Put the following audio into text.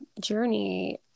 journey